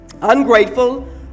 ungrateful